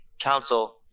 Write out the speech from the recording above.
council